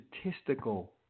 statistical